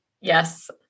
Yes